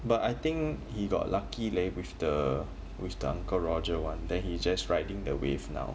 but I think he got lucky leh with the with the uncle roger one then he just riding the wave now